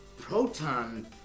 proton